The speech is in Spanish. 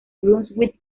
brunswick